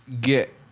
get